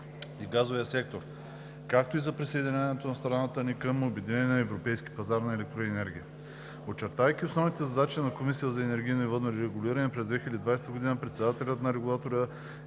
в газовия сектор, както и за присъединяването на страната ни към обединения европейски пазар на електроенергия. Очертавайки основните задачи на Комисията за енергийно и водно регулиране през 2020 г., председателят на регулатора